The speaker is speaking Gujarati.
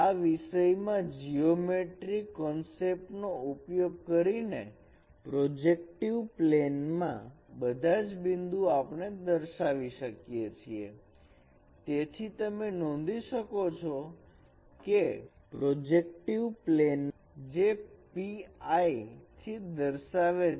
આ વિષયમાં જીયોમેટ્રિ કૉન્સેપ્ટ નો ઉપયોગ કરીને પ્રોજેક્ટિવ પ્લેન માં બધા જ બિંદુ આપણે દર્શાવી શકીએ છીએ તેથી તમે નોંધી શકો છો કે પ્રોજેક્ટિવ પ્લેન છે જે pi થી દર્શાવે છે